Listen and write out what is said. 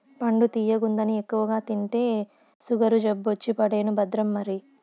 పండు తియ్యగుందని ఎక్కువగా తింటే సుగరు జబ్బొచ్చి పడేను భద్రం మరి